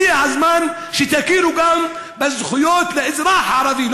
הגיע הזמן שתכירו גם בזכויות לאזרח הערבי,